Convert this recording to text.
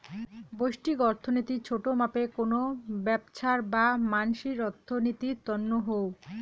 ব্যষ্টিক অর্থনীতি ছোট মাপে কোনো ব্যবছার বা মানসির অর্থনীতির তন্ন হউ